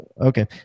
Okay